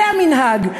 זה המנהג.